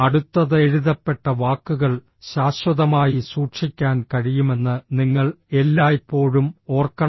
അടുത്തത് എഴുതപ്പെട്ട വാക്കുകൾ ശാശ്വതമായി സൂക്ഷിക്കാൻ കഴിയുമെന്ന് നിങ്ങൾ എല്ലായ്പ്പോഴും ഓർക്കണം